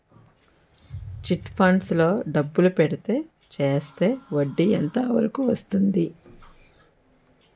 Chit funds లో డబ్బులు పెడితే చేస్తే వడ్డీ ఎంత వరకు వస్తుంది?